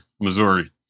Missouri